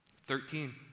Thirteen